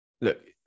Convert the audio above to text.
look